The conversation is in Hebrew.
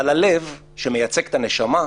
אבל הלב, שמייצג את הנשמה,